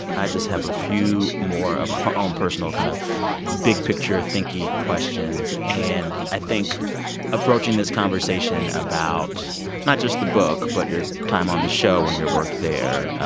i just have a few more of my own personal kind of big-picture-thinking questions. and i think approaching this conversation about not just the book but your time on the show and your work there,